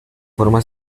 forma